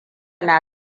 na